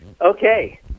Okay